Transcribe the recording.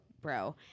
bro